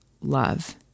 love